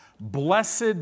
Blessed